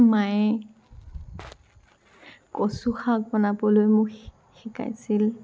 মায়ে কচু শাক বনাবলৈ মোক শি শিকাইছিল